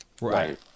right